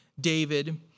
David